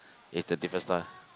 is the different style ah